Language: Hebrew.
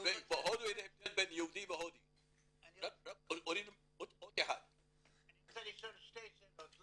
זה פחות או יותר ההבדל בין יהודי והודי.